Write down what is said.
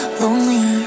lonely